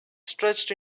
stretched